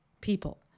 people